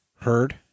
heard